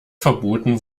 verboten